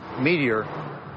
meteor